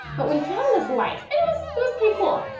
but we found this light and it was it was pretty cool.